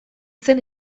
zen